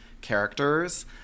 characters